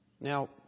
Now